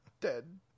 Dead